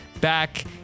back